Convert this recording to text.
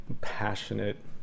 passionate